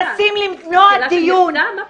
יש עוד שלוש הצעות דחופות שאושרו באותו